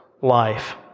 life